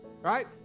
right